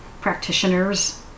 practitioners